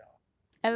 一个小时 liao ah